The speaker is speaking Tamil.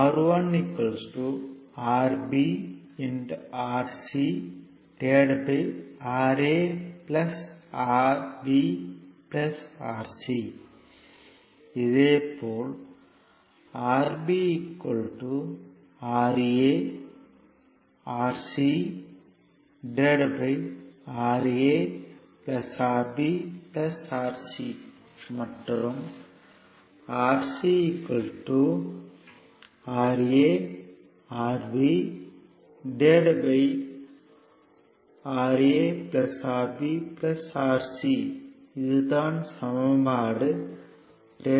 R1 RbRcRa Rb Rc இதே போல் Rb RaRcRa Rb Rc மற்றும் Rc RaRbRa Rb Rc இது தான் சமன்பாடுகள் 2